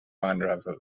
unravel